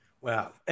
Wow